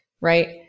Right